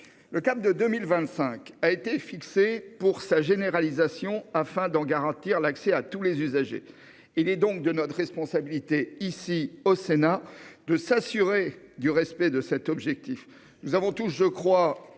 Le cap de 2025 a été fixé pour la généralisation de la fibre afin de garantir son accès à tous les usagers. Il est de notre responsabilité, ici, au Sénat, de nous assurer du respect de cet objectif. Nous avons tous en